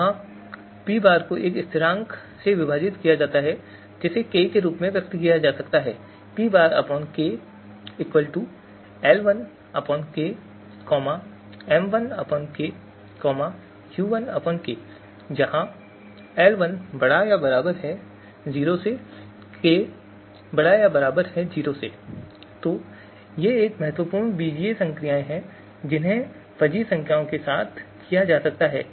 यहाँ P̃ को इस स्थिरांक से विभाजित किया जाता है जिसे k के रूप में व्यक्त किया जा सकता है तो ये महत्वपूर्ण बीजीय संक्रियाएं हैं जिन्हें फजी संख्याओं के साथ किया जा सकता है